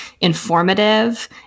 informative